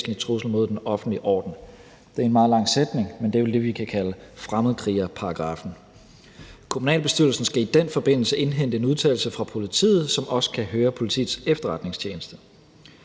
Det er en meget lang sætning, men det er vel det, vi kan kalde fremmedkrigerparagraffen. Kommunalbestyrelsen skal i den forbindelse indhente en udtalelse fra politiet, som også kan høre Politiets Efterretningstjeneste.